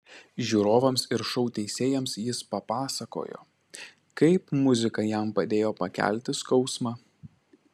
žiūrovams ir šou teisėjams jis papasakojo kaip muzika jam padėjo pakelti skausmą